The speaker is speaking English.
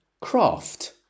craft